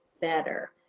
better